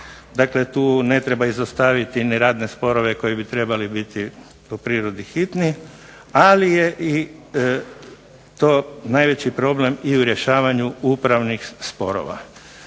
Dakle, tu ne treba izostaviti ni radne sporove koji bi trebali biti po prirodi hitni. Ali je to najveći problem i u rješavanju upravnih sporova.